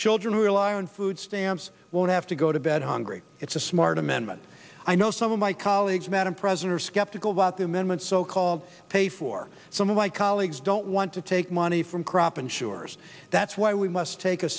children who rely on food stamps won't have to go to bed hungry it's a smart amendment i know some of my colleagues madam president are skeptical about the amendment so called pay for some of my colleagues don't want to take money from crop insurers that's why we must take a